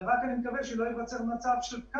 שגם את זה הורדנו כמעט לחלוטין.